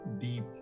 deep